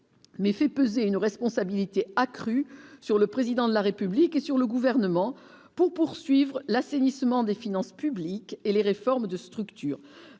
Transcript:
Mais, fait peser une responsabilité accrue sur le président de la République et sur le gouvernement pour poursuivre l'assainissement des finances publiques et les réformes de structure,